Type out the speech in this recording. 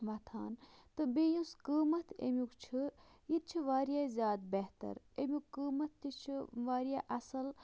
وۄتھان تہٕ بیٚیہِ یُس قیۭمَتھ اَمیُک چھِ یہِ تہِ چھِ واریاہ زیادٕ بہتر اَمیُک قۭمَتھ تہِ چھِ واریاہ اَصٕل